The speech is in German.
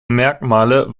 merkmale